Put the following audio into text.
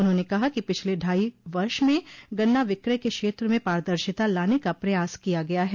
उन्होंने कहा कि पिछले ढाई वर्ष में गन्ना विक्रय के क्षेत्र में पारदर्शिता लाने का प्रयास किया गया है